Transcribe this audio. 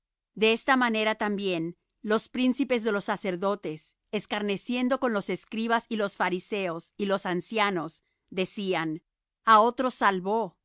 de esta manera también los príncipes de los sacerdotes escarneciendo con los escribas y los fariseos y los ancianos decían á otros salvó